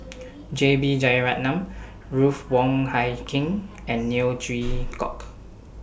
J B Jeyaretnam Ruth Wong Hie King and Neo Chwee Kok